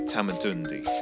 Tamadundi